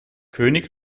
könig